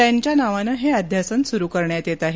त्यांच्या नावानं हे अध्यासन सूरू करण्यात येत आहे